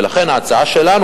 ולכן ההצעה שלנו,